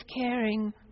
caring